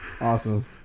awesome